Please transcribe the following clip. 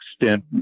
extent